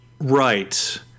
Right